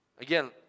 Again